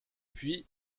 puis